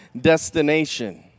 destination